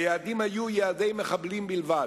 היעדים היו יעדי מחבלים בלבד,